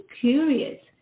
curious